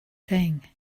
thing